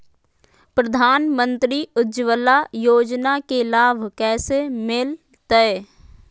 प्रधानमंत्री उज्वला योजना के लाभ कैसे मैलतैय?